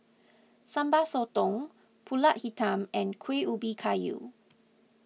Sambal Sotong Pulut Hitam and Kuih Ubi Kayu